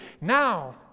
now